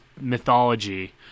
mythology